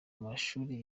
amashuri